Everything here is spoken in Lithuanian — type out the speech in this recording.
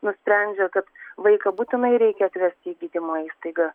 nusprendžia kad vaiką būtinai reikia atvesti į gydymo įstaigą